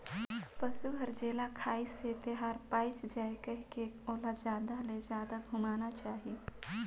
पसु हर जेला खाइसे तेहर पयच जाये कहिके ओला जादा ले जादा घुमाना चाही